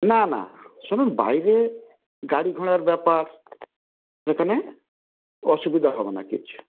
না না শুনুন বাইরে গাড়ি ঘড়ার ব্যাপার এখানে অসুবিধা হবে না কিছু